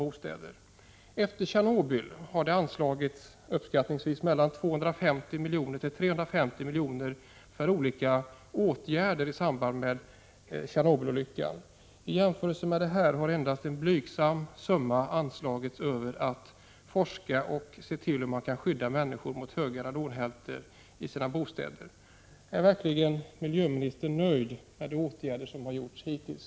Efter Tjernobyl har det anslagits 250-350 milj.kr. för olika åtgärder i samband med denna olycka. I jämförelse med detta har endast en blygsam summa anslagits för att forska och se till om det går att skydda människor mot höga radonhalter i bostäderna. Är verkligen miljöministern nöjd med de åtgärder som har vidtagits hittills?